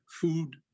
food